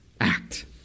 act